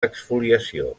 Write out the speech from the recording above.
exfoliació